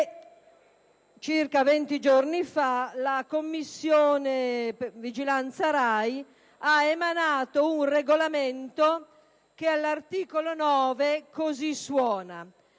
Circa 20 giorni fa la Commissione di vigilanza Rai ha emanato un regolamento che, all'articolo 9, così suona: